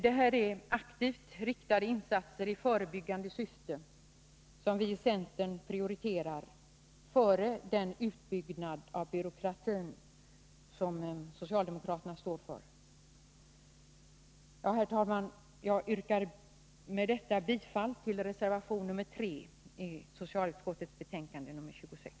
Detta är aktivt riktade insatser i förebyggande syfte som vi i centern prioriterar före den utbyggnad av byråkratin som socialdemokraterna står för. Herr talman! Jag yrkar med detta bifall till reservation nr 3 i socialutskottets betänkande nr 26.